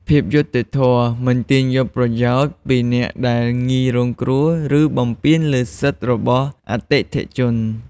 ភាពយុត្តិធម៌ មិនទាញយកប្រយោជន៍ពីអ្នកដែលងាយរងគ្រោះ ឬបំពានលើសិទ្ធិរបស់អតិថិជន។